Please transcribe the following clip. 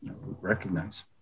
recognize